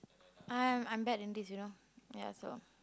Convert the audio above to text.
I'm I'm bad in this you know ya so